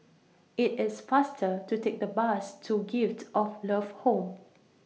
IT IS faster to Take The Bus to Gift of Love Home